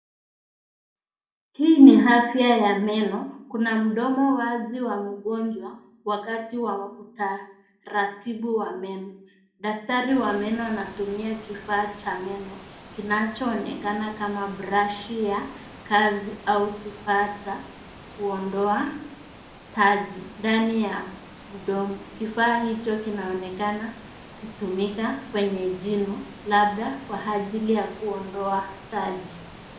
Hii ni huduma ya afya ya meno, ambapo mdomo wa mgonjwa uko wazi wakati wa matibabu ya meno. Daktari wa meno anatumia kifaa cha matibabu, kinachoonekana kama brashi ya kazi au kifaa cha kuondoa uchafu. Ndani ya mdomo, kifaa hicho kinaonekana kikitumika kwenye jino, labda kwa ajili ya kusafisha au kuondoa tatizo fulani.